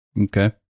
Okay